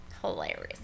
Hilarious